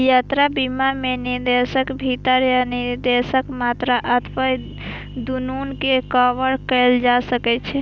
यात्रा बीमा मे देशक भीतर या विदेश यात्रा अथवा दूनू कें कवर कैल जा सकै छै